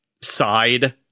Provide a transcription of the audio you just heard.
side